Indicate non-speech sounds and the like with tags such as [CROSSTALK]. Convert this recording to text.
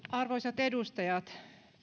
[UNINTELLIGIBLE] arvoisat edustajat